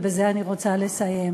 ובזה אני רוצה לסיים.